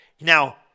Now